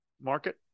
market